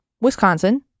Wisconsin